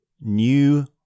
new